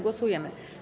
Głosujemy.